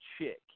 chick